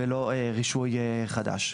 ולא רישוי חדש.